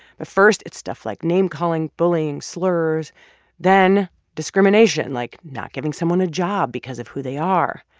but first it's stuff like name-calling, bullying, slurs then discrimination, like not giving someone a job because of who they are.